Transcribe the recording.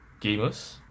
gamers